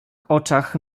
oczach